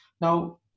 Now